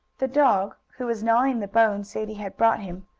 the dog, who was gnawing the bone sadie had brought him,